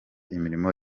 imirimo